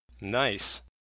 nice